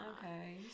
Okay